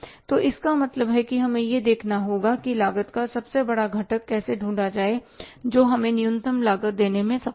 तो इसका मतलब है कि हमें यह देखना होगा कि लागत का सबसे बड़ा घटक कैसे ढूंढा जाए जो हमें न्यूनतम लागत देने में सक्षम है